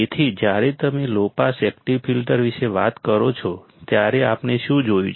તેથી જ્યારે તમે લો પાસ એકટીવ ફિલ્ટર્સ વિશે વાત કરો છો ત્યારે આપણે શું જોયું છે